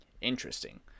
interesting